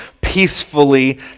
peacefully